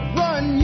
run